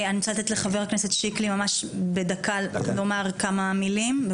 אני רוצה לתת לחבר הכנסת שיקלי ממש בדקה לומר כמה מילים.